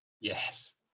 Yes